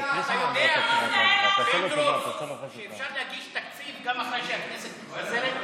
אתה יודע שאפשר להגיש תקציב גם אחרי שהכנסת מתפזרת?